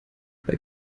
bei